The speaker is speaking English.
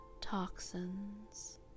toxins